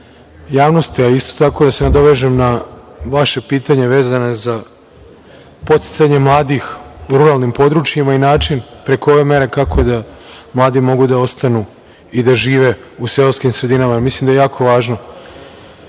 javnosti, a isto tako da se nadovežem na vaše pitanje vezano za podsticanje mladih u ruralnim područjima i način preko ove mere kako da mladi mogu da ostanu i da žive u seoskim sredinama što mislim da je jako